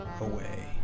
away